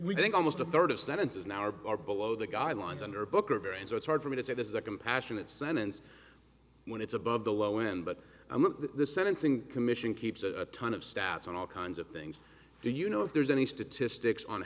we think almost a third of sentences now are below the guidelines under booker variance so it's hard for me to say this is a compassionate sentence when it's above the low end but i'm going to the sentencing commission keeps a ton of stats on all kinds of things do you know if there's any statistics on